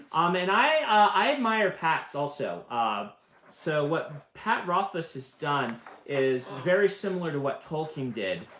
um and i admire pat's also. um so what pat rothfuss has done is very similar to what tolkien did,